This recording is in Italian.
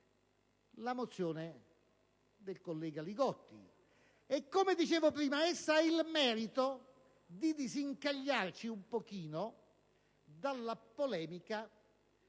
la mozione del senatore Li Gotti che, come dicevo prima, ha il merito di disincagliarci un pochino dalla polemica,